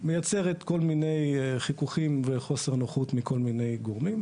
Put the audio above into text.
מייצרת כל מיני חיכוכים וחוסר נוחות מכל מיני גורמים,